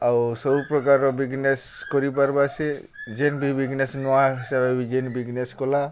ଆଉ ସବୁପ୍ରକାର ବିଜ୍ନେସ୍ କରିପାର୍ବା ସିଏ ଯେନ୍ ବିଜ୍ନେସ୍ ନୂଆ ହିସାବ ବି ଯେନ୍ ବିଜ୍ନେସ୍ କଲା